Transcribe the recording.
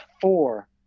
four